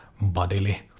bodily